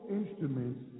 instruments